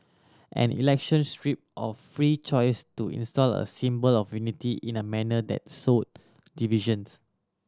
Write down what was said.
an election stripped of free choice to install a symbol of unity in a manner that sowed divisions